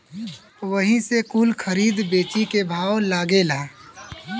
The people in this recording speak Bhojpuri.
वही से कुल खरीद बेची के भाव लागेला